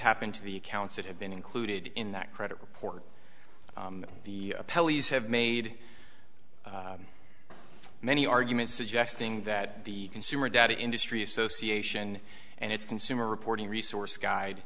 happen to the accounts that have been included in that credit report that the police have made many arguments suggesting that the consumer data industry association and its consumer reporting resource guide